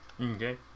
Okay